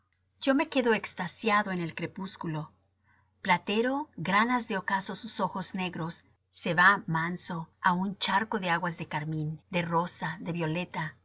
yo me quedo extasiado en el crepúsculo platero granas de ocaso sus ojos negros se va manso á un charco de aguas de carmín de rosa de violeta